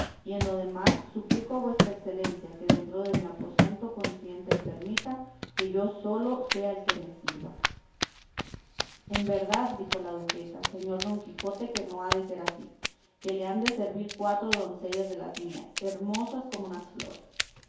y en lo demás suplico a vuestra excelencia que dentro de mi aposento consienta y permita que yo solo sea el que me sirva en verdad dijo la duquesa señor don quijote que no ha de ser así que le han de servir cuatro doncellas de las mías hermosas como unas flores